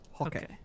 Okay